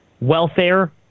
Welfare